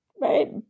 right